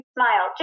Smile